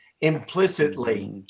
implicitly